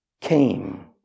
came